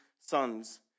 sons